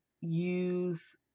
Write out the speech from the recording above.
use